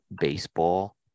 Baseball